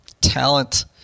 talent